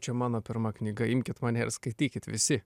čia mano pirma knyga imkit mane ir skaitykit visi